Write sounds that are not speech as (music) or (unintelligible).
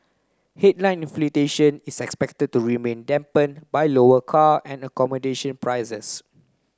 headline (unintelligible) is expected to remain dampened by lower car and accommodation prices